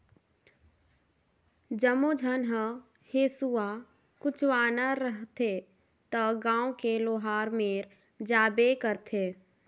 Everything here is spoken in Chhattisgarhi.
जम्मो झन ह हेसुआ कुचवाना रहथे त गांव के लोहार मेर जाबे करथे